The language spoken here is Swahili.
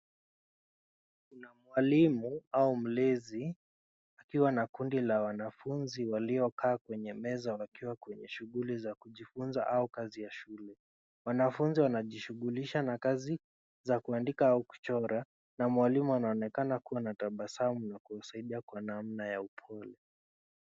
Kuna mwalimu au mlezi akiwa na kundi la wanafunzi waliokaa kwenye meza wakiwa kwenye shughuli za kujifunza au kazi ya shule. Wanafunzi wanajihusisha na kazi za kuandika au kuchora na mwalimu anaonekana kuwa na tabasamu na kuwasaidia kwa namna ya upole.